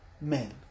men